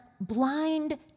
blind